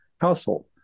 household